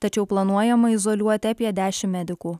tačiau planuojama izoliuoti apie dešimt medikų